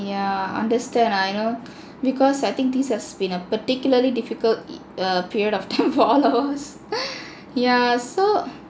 yeah understand lah I know because I think this has been a particularly difficult err period of time for all of us yeah so